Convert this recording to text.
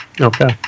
Okay